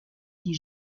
dit